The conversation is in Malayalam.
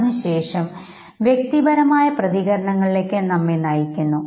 അതിനുശേഷം വ്യക്തിപരമായ പ്രതികരണങ്ങളിലേക്ക് നമ്മെ നയിക്കുന്നു